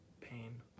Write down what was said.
pain